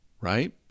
Right